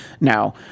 Now